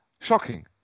Shocking